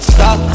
Stop